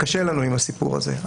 קשה לנו עם הסיפור הזה.